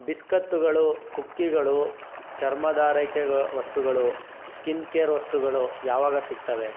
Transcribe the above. ಬಿಸ್ಕತ್ತುಗಳು ಕುಕಿಗಳು ಚರ್ಮದಾರೈಕೆಯ ವಸ್ತುಗಳು ಸ್ಕಿನ್ ಕೇರ್ ವಸ್ತುಗಳು ಯಾವಾಗ ಸಿಗ್ತವೆ